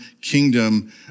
kingdom